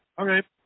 Okay